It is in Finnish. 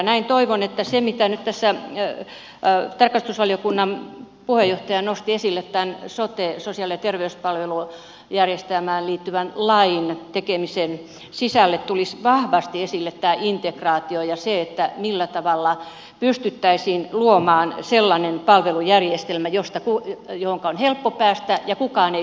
näin toivon kun nyt tässä tarkastusvaliokunnan puheenjohtaja nosti esille tämän sote lain sosiaali ja terveyspalvelujärjestelmään liittyvän lain tekemisen että sen sisälle tulisi vahvasti esille tämä integraatio ja se millä tavalla pystyttäisiin luomaan sellainen palvelujärjestelmä johonka on helppo päästä ja josta ei kukaan putoa